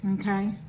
okay